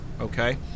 okay